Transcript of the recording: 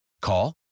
Call